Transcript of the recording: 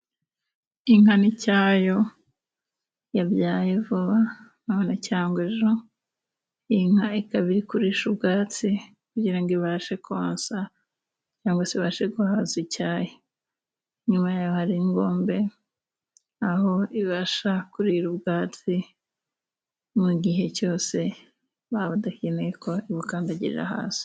Inka n'icyayo yabyaye vuba none cyangwagwe ejo. Inka ikaba iri kurisha ubwatsi kugira ngo ibashe konsa cyangwa se ibashe guhaza icyayo. Inyuma yayo hari ingombe aho ibasha kurira ubwatsi, mu gihe cyose baba badakeneye ko ibukandagirarira hasi.